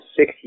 six